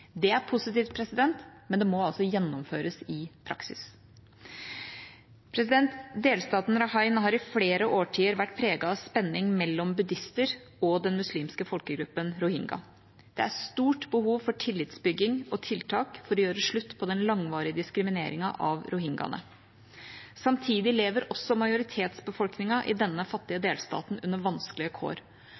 Det er positivt, men det må altså gjennomføres i praksis. Delstaten Rakhine har i flere årtier vært preget av spenning mellom buddhister og den muslimske folkegruppen rohingya. Det er stort behov for tillitsbygging og tiltak for å gjøre slutt på den langvarige diskrimineringen av rohingyaene. Samtidig lever også majoritetsbefolkningen i denne fattige delstaten under vanskelige kår,